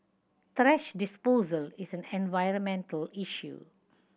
thrash disposal is an environmental issue